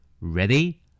Ready